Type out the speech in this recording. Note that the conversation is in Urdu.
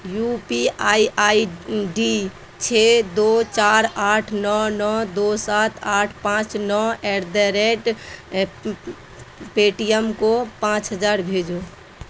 you P I I D چھ دو چار آٹھ نو نو دو سات آٹھ پانچ نو at the rate Paytm کو پانچ ہزار بھیجو